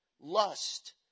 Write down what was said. lust